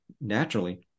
naturally